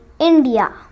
India